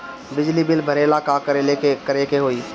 बिजली बिल भरेला का करे के होई?